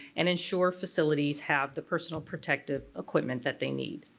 and ensure facilities have the personal protective equipment that they need.